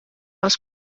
els